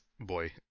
Boy